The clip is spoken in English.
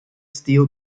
steel